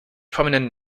prominent